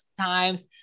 times